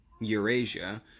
Eurasia